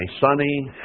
sunny